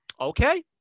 Okay